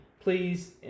please